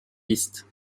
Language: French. piste